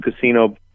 casino